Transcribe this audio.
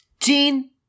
Gene